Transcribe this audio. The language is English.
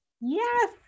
Yes